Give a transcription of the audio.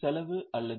செலவு அல்லது என்